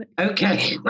Okay